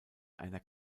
einer